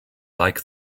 like